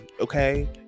okay